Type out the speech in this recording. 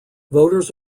voters